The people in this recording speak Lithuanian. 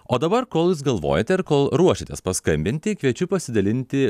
o dabar kol jūs galvojate ir kol ruošiatės paskambinti kviečiu pasidalinti